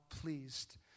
pleased